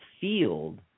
field